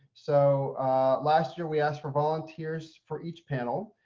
so last year we asked for volunteers for each panel.